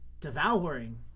devouring